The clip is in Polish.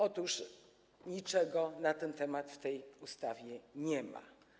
Otóż niczego na ten temat w tej ustawie nie ma.